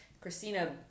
Christina